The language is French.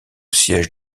siège